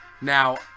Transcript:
Now